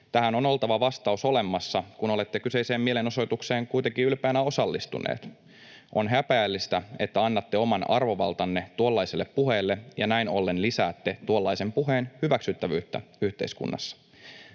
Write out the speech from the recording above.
Tähän on oltava vastaus olemassa, kun olette kyseiseen mielenosoitukseen kuitenkin ylpeänä osallistuneet. On häpeällistä, että annatte oman arvovaltanne tuollaiselle puheelle ja näin ollen lisäätte tuollaisen puheen hyväksyttävyyttä yhteiskunnassa.